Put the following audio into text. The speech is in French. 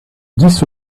dix